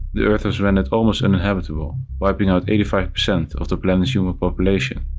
the earth was rendered almost uninhabitable, wiping out eighty five percent of the planet's human population.